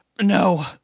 No